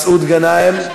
מסעוד גנאים.